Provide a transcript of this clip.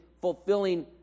fulfilling